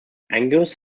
angus